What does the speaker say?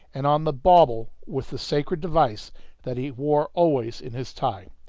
and on the bauble with the sacred device that he wore always in his tie.